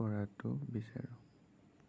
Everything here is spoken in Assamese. কৰাটো বিচাৰোঁ